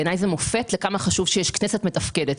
בעיניי זה מופת לכמה חשוב שיש כנסת מתפקדת.